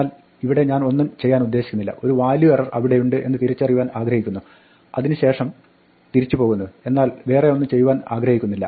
എന്നാൽ ഇവിടെ ഞാൻ ഒന്നും ചെയ്യാനുദ്ദേശിക്കുന്നില്ല ഒരു വാല്യു എറർ അവിടെയുണ്ട് എന്ന് തിരിച്ചറിയുവാൻ ആഗ്രഹിക്കുന്നു അതിന് ശേഷം തിരിച്ചു പോകുന്നു എന്നാൽ വേറെ ഒന്നും ചെയ്യുവാൻ ഞാൻ ആഗ്രഹിക്കുന്നില്ല